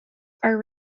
are